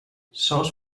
sauce